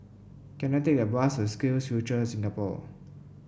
can I take a bus to SkillsFuture Singapore